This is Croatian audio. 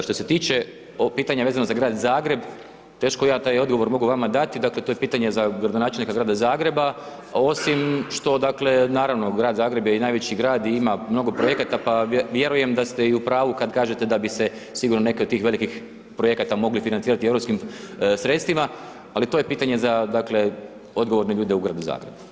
Što se tiče pitanja vezana za Grad Zagreb, teško ja taj odgovor mogu vama dati, dakle to je pitanje za gradonačelnika Grada Zagreba osim što dakle naravno Grad Zagreb je i najveći grad i ima mnogo projekata pa vjerujem da ste i u pravu kada kažete da bi se sigurno neki od tih velikih projekata mogli financirati europskim sredstvima ali to je pitanje za dakle odgovorne ljude u Gradu Zagrebu.